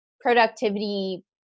productivity